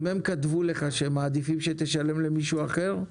אם הם כתבו לך שהם מעדיפים למישהו אחר,